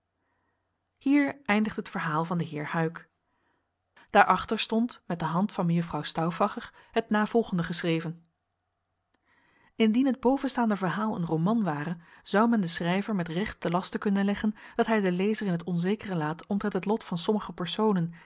hier eindigt het verhaal van den heer huyck daarachter stond met de hand van mejuffrouw stauffacher het navolgende geschreven indien het bovenstaande verhaal een roman ware zoû men den schrijver met recht te laste kunnen leggen dat hij den lezer in t onzekere laat omtrent het lot van sommige personen